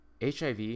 HIV